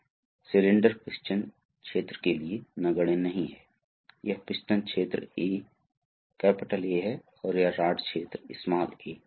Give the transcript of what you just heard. तो पंप से एक्चुएटर तक की यात्रा के मार्ग में विभिन्न प्रकार के घटकों को इसमें डालना होगा